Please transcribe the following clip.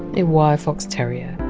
a wire fox terrier.